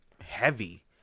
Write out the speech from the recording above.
heavy